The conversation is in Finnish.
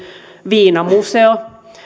viinamuseo